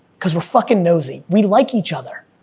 cause we're fucking nosy. we like each other,